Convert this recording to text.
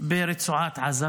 ברצועת עזה,